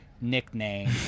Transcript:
nickname